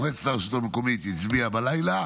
מועצת הרשות המקומית הצביעה בלילה,